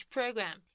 Program